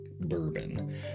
bourbon